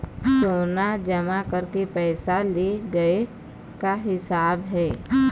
सोना जमा करके पैसा ले गए का हिसाब हे?